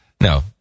no